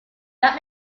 that